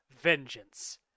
Vengeance